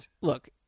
Look